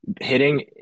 hitting